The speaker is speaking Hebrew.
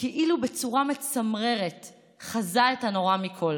וכאילו בצורה מצמררת חזה את הנורא מכול